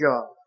job